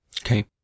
Okay